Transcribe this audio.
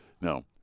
No